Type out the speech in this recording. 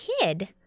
kid